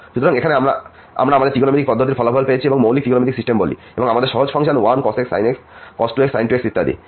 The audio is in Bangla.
সুতরাং এখন আমরা আমাদের ত্রিকোণমিতিক পদ্ধতির ফলাফল পেয়েছি আমরা মৌলিক ত্রিকোণমিতিক সিস্টেম বলি এবং আমাদের সহজ function 1cos x sin x cos 2x sin 2x ইত্যাদি